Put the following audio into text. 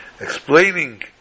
explaining